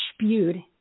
spewed